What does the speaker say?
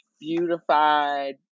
beautified